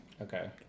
Okay